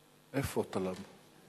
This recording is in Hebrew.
איפה טלב?